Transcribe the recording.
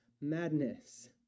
madness